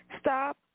Stop